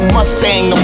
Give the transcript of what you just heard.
Mustang